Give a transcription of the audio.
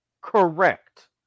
Correct